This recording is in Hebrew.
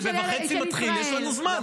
זה מתחיל ב-12:30, יש לנו זמן.